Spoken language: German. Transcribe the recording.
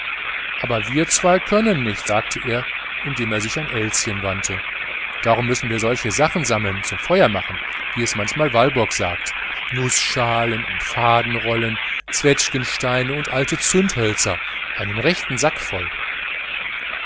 aber wir zwei können nichts sagte er indem er sich an elschen wandte darum müssen wir solche sachen sammeln zum feuer machen wie es manchmal walburg sagt nußschalen und fadenrollen zwetschgensteine und alte zündhölzer einen rechten sack voll